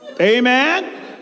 Amen